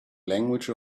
language